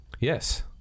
Yes